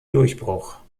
durchbruch